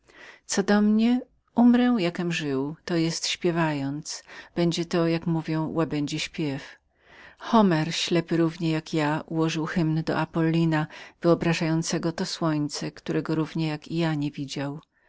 co do mnie umrę jakom żył to jest śpiewając będzie to jak mówią łabędzi śpiew homer ślepy równie jak ja ułożył hymn do apollina oznaczającego to słońce którego równie jak i ja niewidział